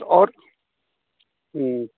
तऽ आओर हुँ